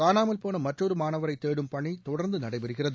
காணாமல் போன மற்றொரு மாணவரை தேடும் பணி தொடர்ந்து நடைபெறுகிறது